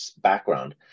background